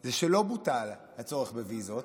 זה שלא בוטל הצורך בוויזות,